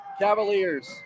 Cavaliers